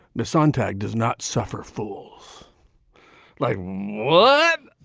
the sontag does not suffer fools like what?